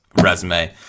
resume